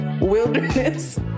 wilderness